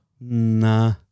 nah